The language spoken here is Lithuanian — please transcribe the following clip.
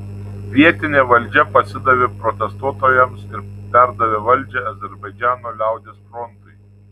vietinė valdžia pasidavė protestuotojams ir perdavė valdžią azerbaidžano liaudies frontui